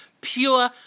Pure